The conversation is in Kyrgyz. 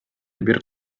бир